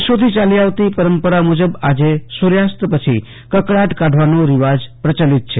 વર્ષોથી યાલી આવતી પરંપરા મુજબ આજે સુર્યાસ્ત પછી કકળાટ કાઢવાનો રીવાજ પ્રયલિત છે